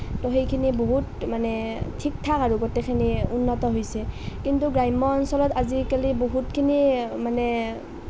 ত' সেইখিনি বহুত মানে ঠিক ঠাক আৰু গোটেইখিনি উন্নত হৈছে কিন্ত্যু গ্ৰাম্য অঞ্চলত আজিকালি বহুতখিনি মানে